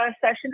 session